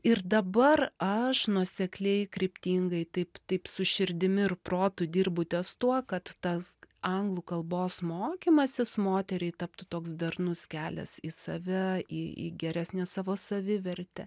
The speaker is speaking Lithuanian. ir dabar aš nuosekliai kryptingai taip taip su širdimi ir protu dirbu ties tuo kad tas anglų kalbos mokymasis moteriai taptų toks darnus kelias į save į į geresnę savo savivertę